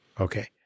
Okay